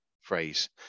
phrase